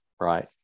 right